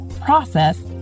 process